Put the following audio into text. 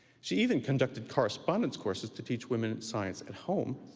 she even conducted correspondence courses to teach women science at home,